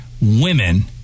Women